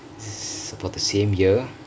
so about the same year